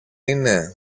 είναι